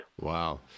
Wow